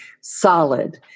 solid